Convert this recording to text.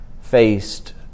faced